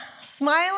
Smiling